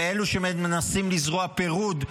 ואלו שמנסים לזרוע פירוד,